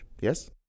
yes